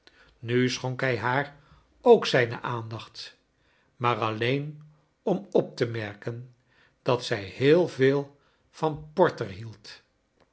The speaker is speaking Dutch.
nu schonk hij haar ook zij no aandacht maar alleeri om op te merken dat zij heel veel van porter hield